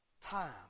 Time